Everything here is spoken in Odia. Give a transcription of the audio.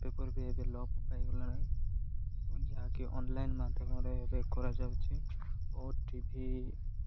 ପେପର ବି ଏବେ ଲପ ପାଇଗଲାଣି ଯାହାକି ଅନଲାଇନ୍ ମାଧ୍ୟମରେ ଏବେ କରାଯାଉଛି ଓଟିଭି